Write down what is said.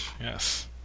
Yes